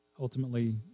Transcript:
ultimately